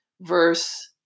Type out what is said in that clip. verse